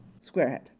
Squarehead